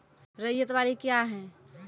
रैयत बाड़ी क्या हैं?